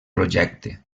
projecte